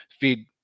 feed